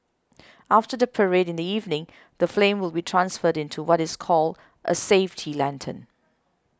after the parade in the evening the flame will be transferred into what is called a safety lantern